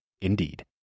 Indeed